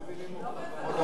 לא מבינים אותך.